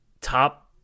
top